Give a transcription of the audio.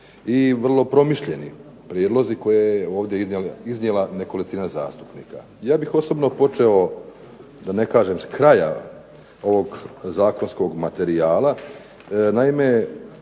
i vrlo promišljeni prijedlozi koje je ovdje iznijela nekolicina zastupnika. Ja bih osobno počeo da ne kažem s kraja ovog zakonskog materijala, naime